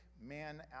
man